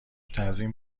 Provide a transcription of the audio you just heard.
تزیین